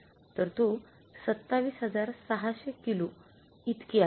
तर तो २७६०० किलो इतके आहे